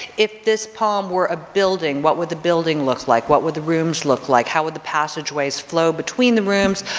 if this poem were a building what would the building look like? what would the rooms look like? how would the passageways flow between the rooms?